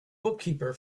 bookkeeper